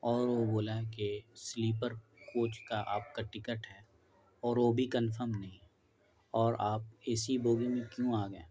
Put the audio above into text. اور وہ بولا کہ سلیپر کوچ کا آپ کا ٹکٹ ہے اور وہ بھی کنفرم نہیں اور آپ اے سی بوگی میں کیوں آ گئے